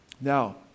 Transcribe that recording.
Now